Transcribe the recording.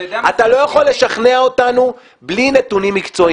אתה לא יכול לשכנע אותנו בלי נתונים מקצועיים.